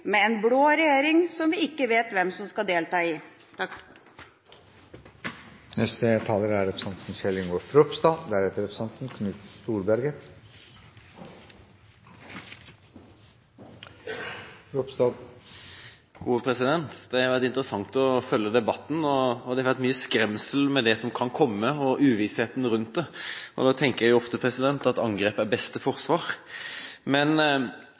med en blå regjering som vi ikke vet hvem som skal delta i. Det har vært interessant å følge debatten, og det har vært mye skremsel med tanke på det som kan komme – og uvissheten rundt det. Da tenker jeg ofte at angrep er det beste forsvar. Men